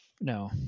no